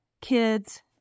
kids